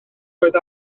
roedd